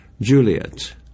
Juliet